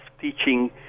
teaching